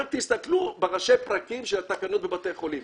רק תסתכלו בראשי הפרקים של התקנות בבתי חולים,